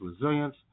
resilience